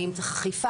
האם צריך אכיפה,